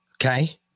Okay